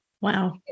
Wow